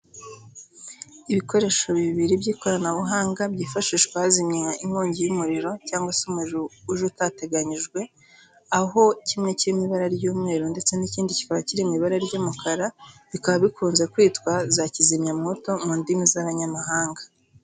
Ibikoresho bibiri by'ikoranabuhanga byifashishwa hazimywa inkongi y'umuriro cyangwa se umuriro uje utateganyijwe, aho kimwe kiri mu ibara ry'umweru ndetse n'ikindi kikaba kiri mu ibara ry'umukara, bikaba bikunze kwitwa za kizimyamwoto mu ndimi z'abanyamahanga.